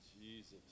Jesus